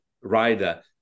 rider